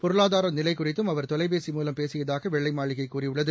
பொருளாதார நிலை குறித்தும் அவர் தொலைபேசி மூவம் அவர் பேசியதாக வெள்ளை மாளிகை கூறியுள்ளது